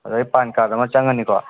ꯕ꯭ꯔꯗꯔꯒꯤ PAN card ꯑꯃ ꯆꯪꯒꯅꯤꯀꯣ